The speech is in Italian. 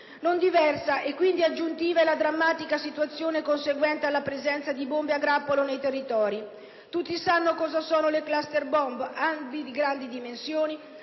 Non diversa e quindi aggiuntiva è la drammatica situazione conseguente alla presenza di bombe a grappolo nel territorio. Tutti sanno cosa sono le *cluster bombs*: armi di grandi dimensioni,